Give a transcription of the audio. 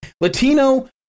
Latino